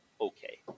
okay